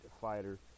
fighter